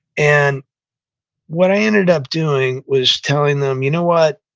and what i ended up doing was telling them, you know what?